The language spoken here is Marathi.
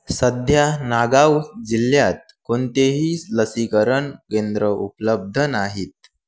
सध्या नागाव जिल्ह्यात कोणतेही लसीकरण केंद्र उपलब्ध नाहीत